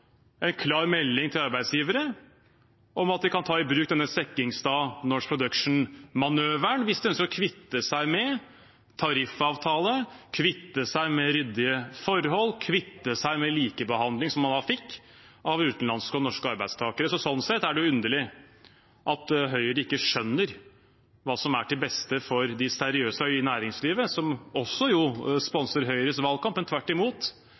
en klar melding til arbeidsgivere om at de kan ta i bruk denne Sekkingstad/Norse Production-manøveren hvis de ønsker å kvitte seg med tariffavtale, kvitte seg med ryddige forhold, kvitte seg med likebehandling av utenlandske og norske arbeidstakere, som man hadde. Sånn sett er det underlig at Høyre ikke skjønner hva som er til beste for det seriøse næringslivet, som også sponser Høyres valgkamp, men at de tvert imot